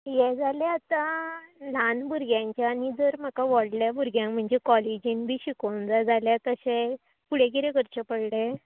यें जालें आतां ल्हान भुरग्यांचें आनी जर म्हाका व्हडल्या भुरग्यां म्हणजे कॉलेजीन बी शिकोवंक जाय जाल्यार कशें फुडें कितें करचें पडलें